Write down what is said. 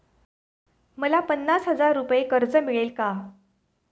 मला पन्नास हजार रुपये कर्ज मिळेल का?